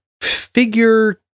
figure